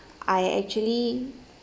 I actually